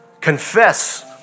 confess